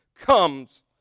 comes